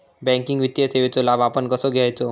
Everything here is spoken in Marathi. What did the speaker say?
बँकिंग वित्तीय सेवाचो लाभ आपण कसो घेयाचो?